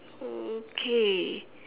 okay